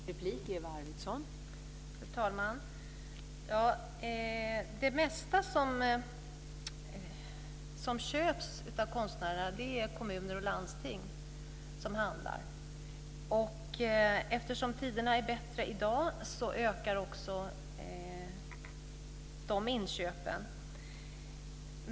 Fru talman! Det mesta som köps av konstnärerna köps av kommuner och landsting. Eftersom tiderna är bättre i dag ökar också de inköpen.